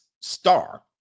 Star